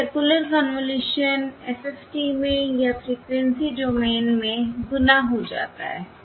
यह circular convolution FFT में या फ़्रीक्वेंसी डोमेन में गुणा हो जाता है